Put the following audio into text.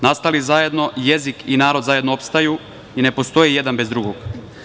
Nastali zajedno, jezik i narod zajedno opstaju i ne postoje jedan bez drugog.